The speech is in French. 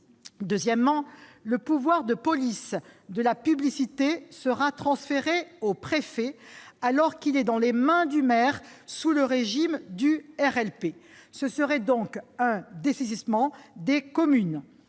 Deuxièmement, le pouvoir de police de la publicité sera transféré au préfet, alors qu'il est dans les mains du maire sous le régime du RLP. Ce serait un dessaisissement des communes.